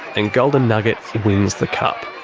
and golden nugget wins the cup.